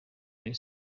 rayon